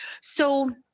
So-